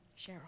Cheryl